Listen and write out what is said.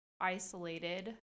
isolated